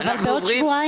מי בעד אישור הצו?